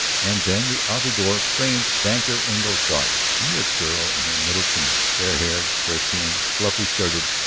and then the outer door framed banker engle's daughter, a mere girl in her middle teens, fair-haired, fair-skinned, fluffy-skirted,